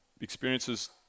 experiences